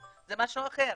זה משהו אחר.